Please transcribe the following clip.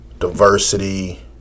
diversity